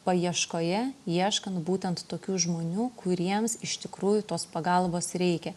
paieškoje ieškant būtent tokių žmonių kuriems iš tikrųjų tos pagalbos reikia